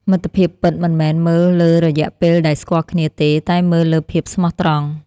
មិត្តភាពពិតមិនមែនមើលលើរយៈពេលដែលស្គាល់គ្នាទេ តែមើលលើភាពស្មោះត្រង់។